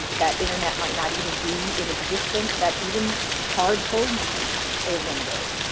that internet might not even be in existence, that even hard phone lines are limited.